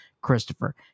Christopher